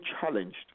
challenged